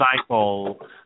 cycle